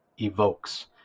evokes